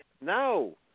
No